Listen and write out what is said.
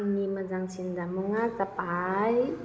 आंनि मोजांसिन जामुङा जाबाय